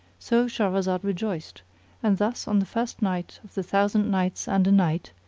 so shahrazad rejoiced and thus, on the first night of the thousand nights and a night,